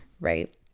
right